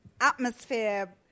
Atmosphere